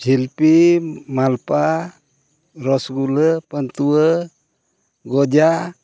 ᱡᱷᱤᱞᱯᱤ ᱢᱟᱞᱯᱳᱣᱟ ᱨᱚᱥᱜᱩᱞᱟᱹ ᱯᱟᱱᱛᱩᱣᱟᱹ ᱜᱚᱡᱟ